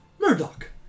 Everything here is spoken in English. Murdoch